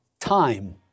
time